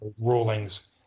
rulings